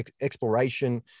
exploration